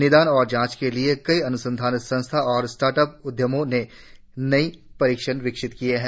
निदान और जांच के लिए कई अन्संधान संस्थान और स्टार्टअप उद्यमों ने नये परीक्षण विकसित किये हैं